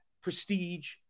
prestige